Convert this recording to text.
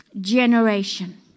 generation